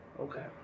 Okay